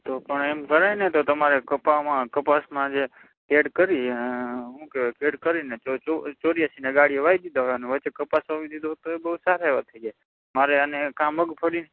તો પણ એમ કરાયને તો તમારે કપાસમાં કપાસમાં જે એડ કરીએ શું કહે ખેડ કરીને ચાસ ચોર્યાશીના ગાળિયા વાવી દીધા હોય અને વચ્ચે કપાસ વાવી દીધું હોત તોય બહુ સારા એવા થઈ જાત મારે આને કાં મગફળી